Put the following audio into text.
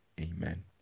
amen